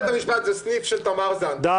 כל עוד בית המשפט הוא סניף של תמר זנדברג,